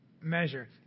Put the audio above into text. measure